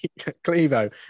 Clevo